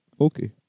Okay